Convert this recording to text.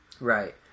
Right